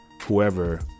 whoever